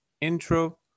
intro